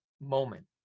moment